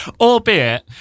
Albeit